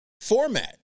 format